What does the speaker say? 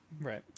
Right